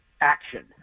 action